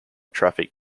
traffic